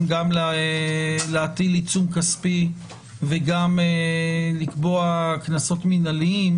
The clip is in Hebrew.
גם להטיל עיצום כספי וגם לקבוע קנסות מנהליים,